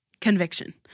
conviction